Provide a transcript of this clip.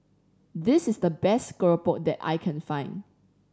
this is the best keropok that I can find